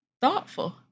thoughtful